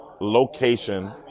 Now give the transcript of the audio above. location